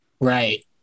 right